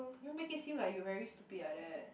you make it seem like you very stupid like that